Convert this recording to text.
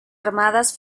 armadas